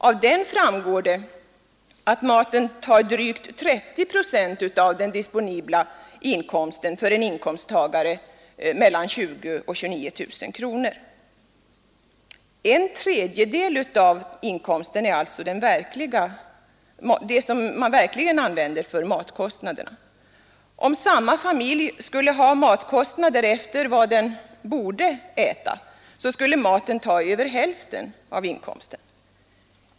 Av den framgår att maten tar drygt 30 procent av den disponibla inkomsten för en inkomsttagare som tjänar mellan 20 000 och 29 000 kronor. En tredjedel av inkomsten är alltså vad man verkligen använder för matkostnaderna. Om samma familj skulle ha matkostnader efter vad den borde äta, skulle maten ta över hälften av inkomsten.